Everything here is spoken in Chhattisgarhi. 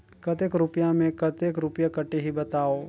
कतेक रुपिया मे कतेक रुपिया कटही बताव?